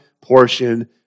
portion